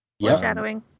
foreshadowing